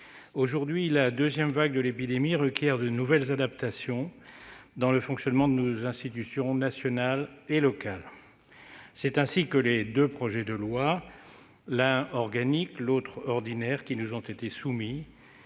Aujourd'hui, la deuxième vague de l'épidémie requiert de nouvelles adaptations dans le fonctionnement de nos institutions nationales et locales. C'est ainsi que les deux projets de loi, l'un organique, l'autre ordinaire, qui nous ont été soumis